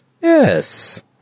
Yes